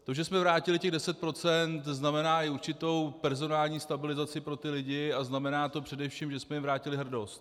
To, že jsme vrátili těch deset procent, znamená i určitou personální stabilizaci pro ty lidi a znamená to především, že jsme jim vrátili hrdost.